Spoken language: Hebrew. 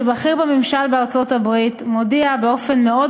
בכיר בממשל בארצות-הברית מודיע באופן מאוד